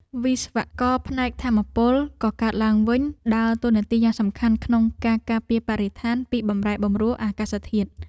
វិស្វករផ្នែកថាមពលកកើតឡើងវិញដើរតួនាទីយ៉ាងសំខាន់ក្នុងការការពារបរិស្ថានពីបម្រែបម្រួលអាកាសធាតុ។